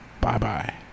Bye-bye